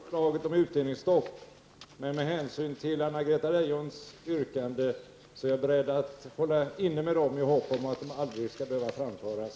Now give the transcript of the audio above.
Herr talman! Jag är full av synpunkter på förslaget om utdelningsstopp, men med hänsyn till Anna-Greta Leijons yrkande är jag beredd att hålla inne med dem i hopp om att de aldrig skall behöva framföras.